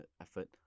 effort